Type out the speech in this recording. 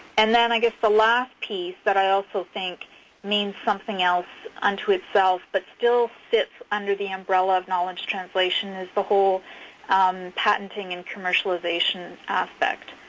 and then i guess the last piece that i also think means something else unto itself but still sits under the umbrella of knowledge translation is the whole patenting and commercialization aspect.